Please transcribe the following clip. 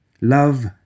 Love